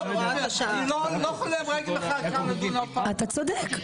אני לא יכול על רגל אחת כאן לדון --- אתה צודק,